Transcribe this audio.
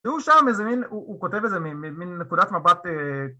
והוא שם איזה מין הוא כותב איזה מין נקודת מבט